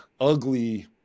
ugly